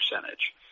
percentage